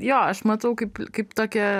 jo aš matau kaip kaip tokią